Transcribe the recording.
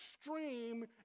extreme